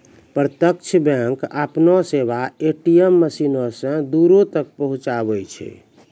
प्रत्यक्ष बैंक अपनो सेबा ए.टी.एम मशीनो से दूरो तक पहुचाबै छै